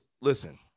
listen